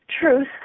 truth